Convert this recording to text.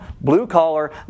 blue-collar